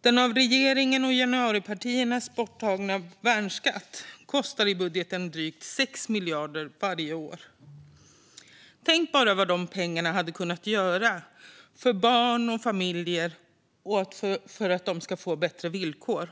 Den av regeringen och januaripartierna borttagna värnskatten i budgeten kostar drygt 6 miljarder varje år. Tänk bara vad de pengarna hade kunnat göra för att ge barn och familjer bättre villkor.